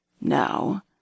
Now